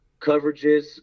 coverages